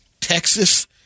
Texas